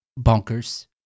bonkers